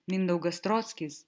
mindaugas strockis